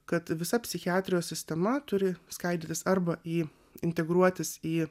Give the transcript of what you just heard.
kad visa psichiatrijos sistema turi skaidytis arba į integruotis į